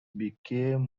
became